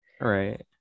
Right